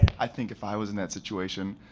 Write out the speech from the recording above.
i think if i was in that situation,